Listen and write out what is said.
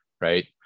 right